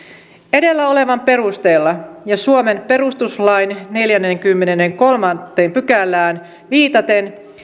edellä olevan perusteella ja suomen perustuslain neljänteenkymmenenteenkolmanteen pykälään viitaten